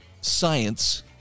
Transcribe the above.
science